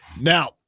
Now